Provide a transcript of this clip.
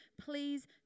please